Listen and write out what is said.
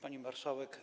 Pani Marszałek!